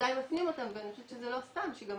בוודאי מפנים אותן, ואני חושבת שזה לא סתם שעלה